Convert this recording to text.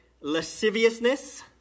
lasciviousness